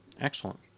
Excellent